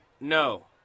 no